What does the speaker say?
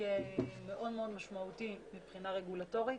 מאוד מאוד משמעותי מבחינה רגולטורית.